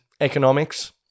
economics